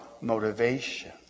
motivation